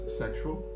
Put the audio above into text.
sexual